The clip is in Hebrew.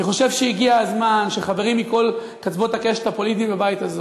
אני חושב שהגיע הזמן שחברים מכל קצוות הקשת הפוליטית בבית הזה